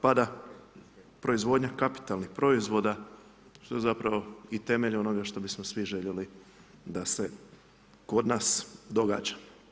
Pada proizvodnja kapitalnih proizvoda, što je zapravo i temelj onoga što bismo svi željeli, da se kod nas događa.